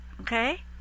Okay